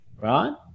Right